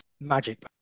magic